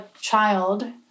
child